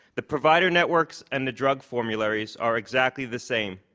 the provider networks and the drug formularies are exactly the same.